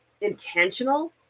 intentional